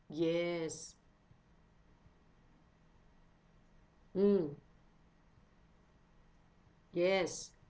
yes mm yes